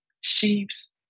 sheeps